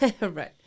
Right